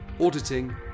auditing